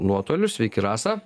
nuotoliu sveiki rasa